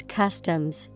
customs